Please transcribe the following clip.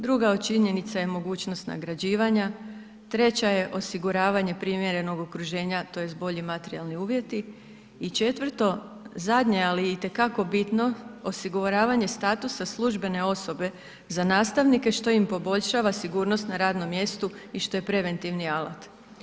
Druga od činjenica je mogućnost nagrađivanja, treća je osiguravanje primjerenog okruženja tj. bolji materijalni uvjeti i četvrto zadnje ali i te kako bitno, osiguravanje statusa službene osobe za nastavnike što im poboljšava sigurnost na radnom mjestu i što je preventivni alat.